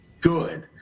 good